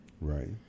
Right